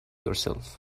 yourself